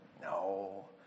No